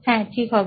হ্যাঁ ঠিক হবে